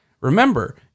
remember